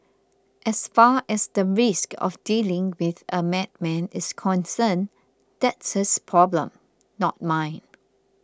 as far as the risk of dealing with a madman is concerned that's his problem not mine